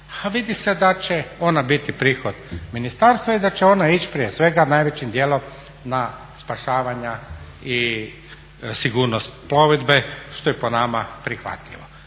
vidi se da će ona biti prihod ministarstva i da će ona ići prije svega najvećim dijelom na spašavanja i sigurnost plovidbe što je po nama prihvatljivo.